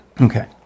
Okay